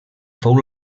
fou